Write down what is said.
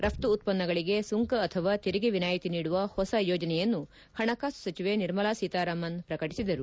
ರಫ್ತು ಉತ್ಪನ್ನಗಳಿಗೆ ಸುಂಕ ಅಥವಾ ತೆರಿಗೆ ವಿನಾಯಿತಿ ನೀಡುವ ಹೊಸ ಯೋಜನೆಯನ್ನು ಹಣಕಾಸು ಸಚಿವೆ ನಿರ್ಮಲಾ ಸೀತಾರಾಮನ್ ಪ್ರಕಟಿಸಿದರು